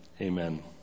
Amen